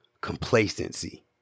complacency